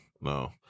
no